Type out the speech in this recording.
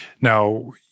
Now